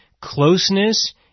closeness